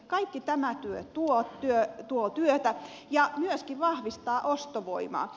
kaikki tämä työ tuo työtä ja myöskin vahvistaa ostovoimaa